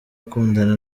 akundana